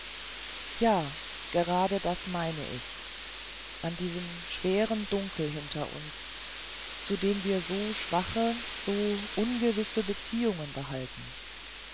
ja gerade das meine ich an diesem schweren dunkel hinter uns zu dem wir so schwache so ungewisse beziehungen behalten